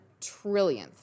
trillionth